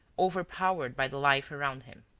overpowered by the life around him.